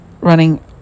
running